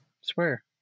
Swear